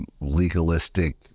legalistic